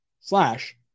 slash